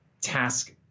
task